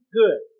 good